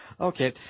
Okay